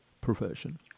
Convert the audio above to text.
profession